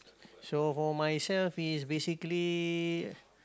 so for myself is basically